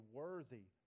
worthy